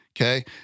okay